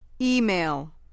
Email